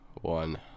one